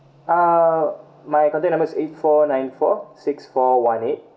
uh my contact number is eight four nine four six four one eight